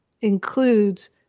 includes